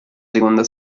seconda